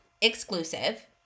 exclusive